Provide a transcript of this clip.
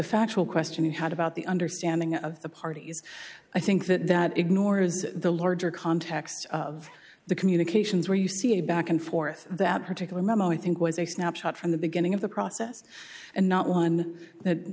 factual question you had about the understanding of the parties i think that that ignores the larger context of the communications where you see a back and forth that particular memo i think was a snapshot from the beginning of the process and not one that